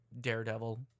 Daredevil